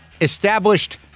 Established